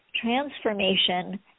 transformation